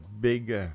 Big